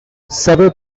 several